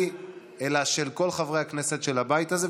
לא רק שלי אלא של כל חברי הכנסת של הבית הזה,